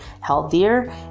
healthier